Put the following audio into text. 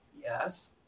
Yes